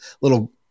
little